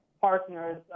partners